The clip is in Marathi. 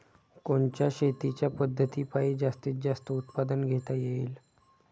कोनच्या शेतीच्या पद्धतीपायी जास्तीत जास्त उत्पादन घेता येईल?